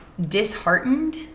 Disheartened